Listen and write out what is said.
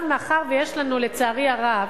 מאחר שיש לנו, לצערי הרב,